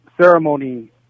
ceremony